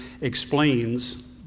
explains